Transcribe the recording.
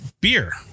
beer